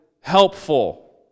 helpful